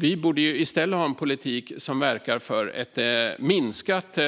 Vi borde i stället ha en politik som verkar för ett minskat